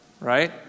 right